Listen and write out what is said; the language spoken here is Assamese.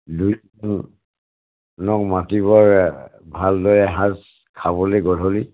দুই জনক মাতিবো ভালদৰে সাজ খাবলে গধূলি